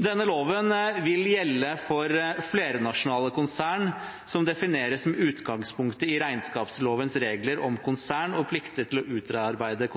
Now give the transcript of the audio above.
Denne loven vil gjelde for flernasjonale konsern som defineres med utgangspunkt i regnskapslovens regler om konsern og plikten til å utarbeide